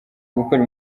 gukora